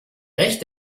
recht